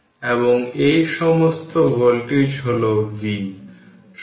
সুতরাং এটি 5 20 কে 5 20 দ্বারা ভাগ করলে ইকুইভ্যালেন্ট হবে কারণ এই 2টি মাইক্রোফ্যারাড এর সাথে সিরিজে রয়েছে